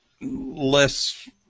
less